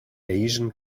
asian